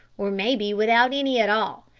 or maybe without any at all.